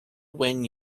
when